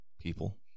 people